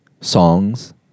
songs